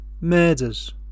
murders